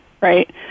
right